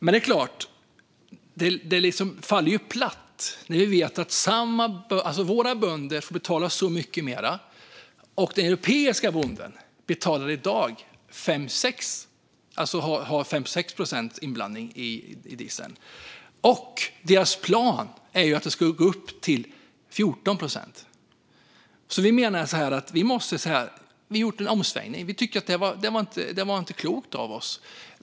Men det faller platt när vi vet att våra bönder får betala så mycket mer. Den europeiska bonden har i dag 5-6 procent inblandning i dieseln, och deras plan är att det ska gå upp till 14 procent. Vi har alltså gjort en omsvängning. Vi tycker att det inte var klokt av oss.